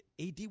AD